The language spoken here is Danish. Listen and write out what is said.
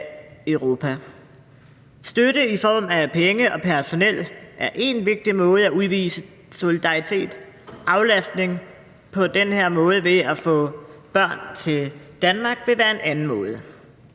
Støtte i form af penge og personel er én vigtig måde at udvise solidaritet på, aflastning på den her måde ved at få børn til Danmark vil være en anden måde.